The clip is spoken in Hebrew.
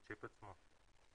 בשיפ עצמו.